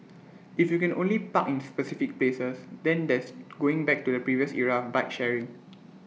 if you can only park in specific places then that's going back to the previous era of bike sharing